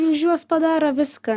už juos padaro viską